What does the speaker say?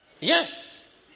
Yes